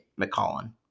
McCollin